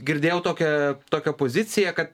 girdėjau tokią tokią poziciją kad